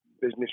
business